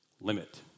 limit